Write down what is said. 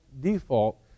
default